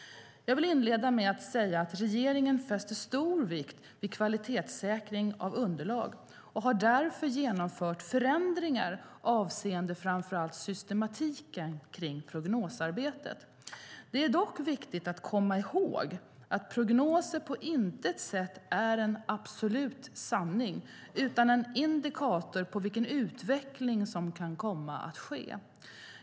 Jag vill inleda med att säga att regeringen fäster stor vikt vid kvalitetssäkring av underlag och har därför genomfört förändringar avseende framför allt systematiken kring prognosarbetet. Det är dock viktigt att komma ihåg att prognoser på intet sätt är en absolut sanning utan en indikator på vilken utveckling som kan komma att ske.